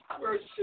Verse